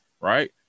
right